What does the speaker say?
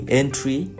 entry